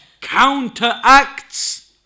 counteracts